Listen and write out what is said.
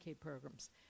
programs